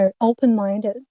open-minded